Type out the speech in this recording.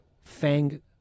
FANG